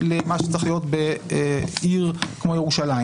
כהרי מה שצריך להיות בעיר כמו ירושלים